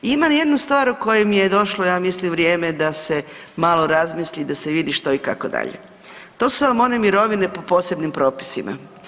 Ima jedna stvar o kojoj je došlo ja mislim vrijeme da se malo razmisli da se vidi što i kako dalje, to su vam one mirovine po posebnim propisima.